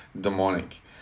demonic